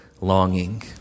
longing